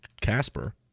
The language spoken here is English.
Casper